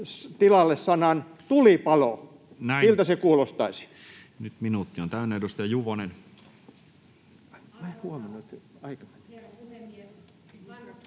tilalle sanan ”tulipalo”, miltä se kuulostaisi? Näin. Nyt minuutti on täynnä. — Edustaja Juvonen.